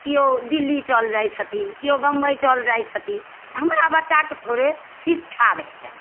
केओ दिल्ली चल जाइ छथिन केओ बम्बइ चल जाइ छथिन हमरा बच्चाके थोड़े शिक्षा भेटै